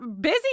busy